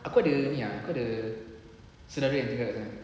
aku ada ni ah aku ada sedara yang tinggal kat sana